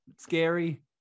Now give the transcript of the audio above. scary